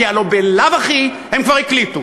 כי הלוא בלאו הכי הם כבר הקליטו